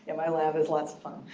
and my lab is lots of fun.